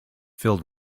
filled